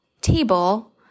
table